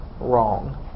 wrong